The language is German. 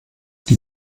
die